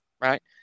Right